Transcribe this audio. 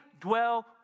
dwell